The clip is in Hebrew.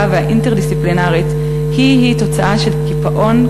והאינטרדיסציפלינרית הם תוצאה של קיפאון,